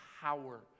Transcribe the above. power